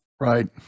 Right